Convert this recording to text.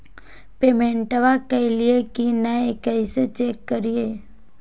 पेमेंटबा कलिए की नय, कैसे चेक करिए?